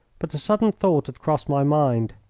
but a sudden thought had crossed my mind.